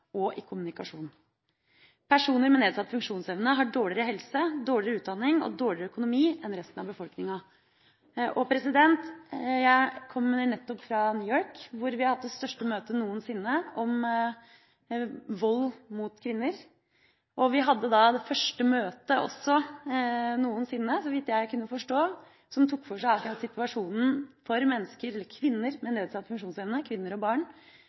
transport og kommunikasjon. Personer med nedsatt funksjonsevne har dårligere helse, dårligere utdanning og dårligere økonomi enn resten av befolkninga. Jeg kommer nettopp fra New York, hvor vi har hatt det største møtet noensinne om vold mot kvinner. Vi hadde også det første møtet noensinne – så vidt jeg kunne forstå – som tok for seg situasjonen for mennesker med nedsatt funksjonsevne – kvinner og barn